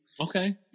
Okay